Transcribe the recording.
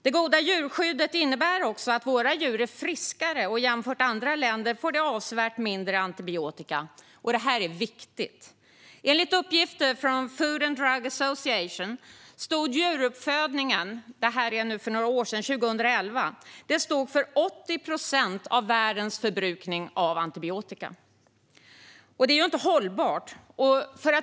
Det goda djurskyddet innebär också att våra djur är friskare, och jämfört med i andra länder får de avsevärt mindre antibiotika. Det är viktigt. Enligt uppgifter från Food and Drug Administration stod djuruppfödningen 2011 för 80 procent av världens förbrukning av antibiotika. Det är inte hållbart.